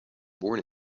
born